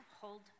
hold